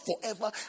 forever